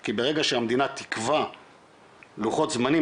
כי ברגע שהמדינה תקבע לוחות זמנים,